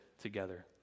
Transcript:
together